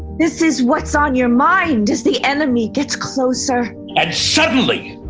this is what's on your mind as the enemy gets closer. and suddenly,